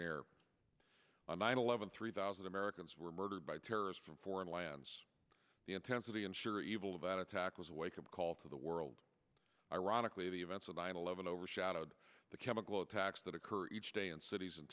near a nine eleven three thousand americans were murdered by terrorists from foreign lands the intensity and sure evil of an attack was a wake up call to the world ironically the events of nine eleven overshadowed the chemical attacks that occur each day in cities and